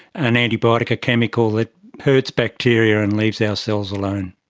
an antibiotic, a chemical that hurts bacteria and leaves our cells alone.